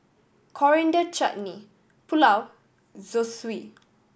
Coriander Chutney Pulao Zosui